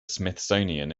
smithsonian